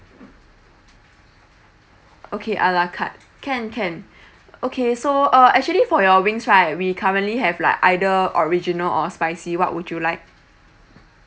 okay a la carte can can okay so uh actually for your wings right we currently have like either original or spicy what would you like